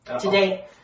Today